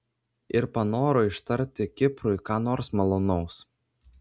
ir panoro ištarti kiprui ką nors malonaus